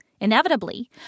Inevitably